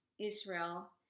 Israel